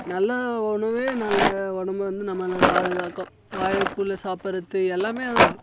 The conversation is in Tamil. நல்லா உணவே நல்ல உடம்பு வந்து நம்மளை பாதுகாக்கும் வாழைப்பூவில் சாப்பிட்றது எல்லாம் தான்